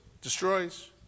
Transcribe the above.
Destroys